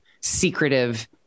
secretive